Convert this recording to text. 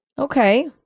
Okay